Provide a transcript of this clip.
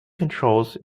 controls